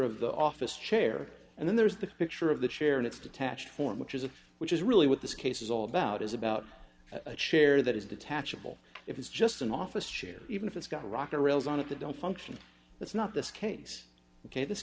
of the office chair and then there's the picture of the chair and it's detached form which is a which is really what this case is all about is about a chair that is detachable if it's just an office chair even if it's got a rocker rails on it the don't function that's not this case ok this